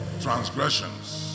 transgressions